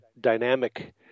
dynamic